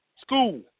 School